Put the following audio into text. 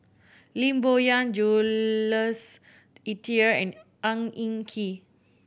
Lim Bo Yam Jules Itier and Ang Hin Kee